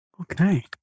Okay